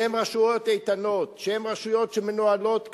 שהן רשויות איתנות, שהן רשויות שמנוהלות כדין,